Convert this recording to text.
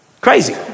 Crazy